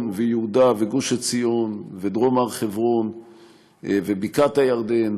ויהודה וגוש עציון ודרום הר חברון ובקעת הירדן